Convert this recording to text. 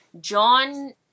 John